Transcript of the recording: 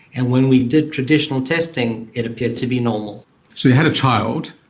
and when we did traditional testing it appeared to be normal. so you had a child,